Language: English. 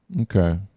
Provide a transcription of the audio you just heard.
Okay